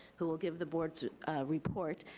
who will give the board's report.